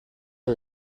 los